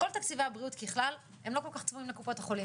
כל תקציבי הבריאות בכלל הם לא כל כך צבועים לקופות החולים.